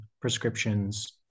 prescriptions